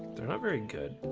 they're not very good